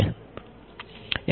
error વધતી જશે